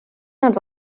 nad